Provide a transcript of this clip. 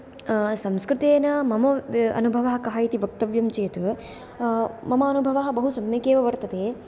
संस्कृतेन मम अनुभवः कः इति वक्तव्यं चेत् मम अनुभवः बहु सम्यक् एव वर्तते